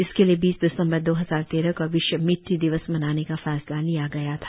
इसके लिए बीस दिसंबर दो हजार तेरह को विश्व मिट्टी दिवस मनाने का फैसला लिया गया था